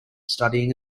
studying